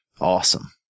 awesome